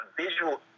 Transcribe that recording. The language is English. visual